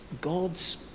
God's